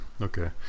okay